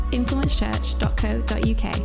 influencechurch.co.uk